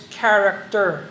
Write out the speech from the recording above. character